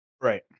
Right